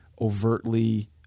overtly